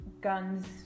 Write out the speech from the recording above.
guns